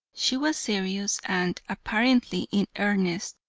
she was serious and, apparently in earnest,